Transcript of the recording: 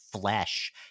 flesh